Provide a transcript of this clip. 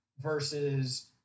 versus